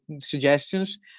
suggestions